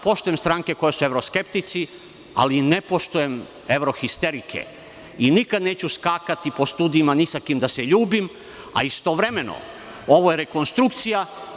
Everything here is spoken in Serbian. Poštujem stranke koje su skeptici, ali ne poštujem evrohisterike i nikada neću skakati po studijima ni sa kim da se ljubim, a istovremeno ovo je rekonstrukcija.